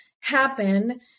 happen